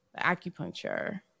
acupuncture